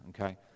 Okay